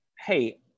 hey –